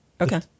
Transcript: Okay